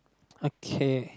okay